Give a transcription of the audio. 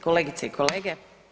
Kolegice i kolege.